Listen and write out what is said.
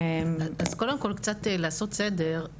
אז קודם כל כדי לעשות סדר,